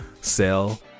sell